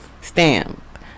Stamp